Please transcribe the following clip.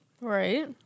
Right